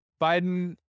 Biden